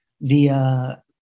via